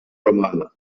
romano